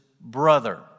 brother